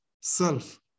self